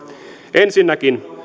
ensinnäkin